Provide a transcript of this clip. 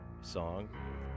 song